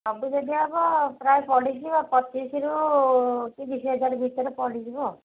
ସବୁ ଯଦି ହବ ପ୍ରାୟ ପଡ଼ିଯିବ ପଚିଶରୁ ତିରିଶ ହଜାର ଭିତରେ ପଡ଼ିଯିବ